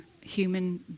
human